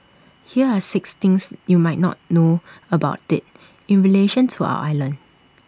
here are six things you might not know about IT in relation to our island